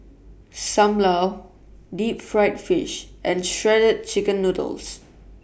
SAM Lau Deep Fried Fish and Shredded Chicken Noodles